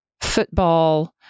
football